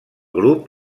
grup